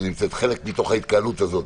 חלק מתוך ההתקהלות הזאת?